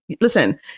Listen